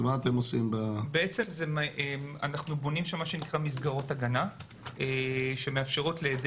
אנחנו בונים מסגרות הגנה שמאפשרות לעדי